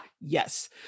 Yes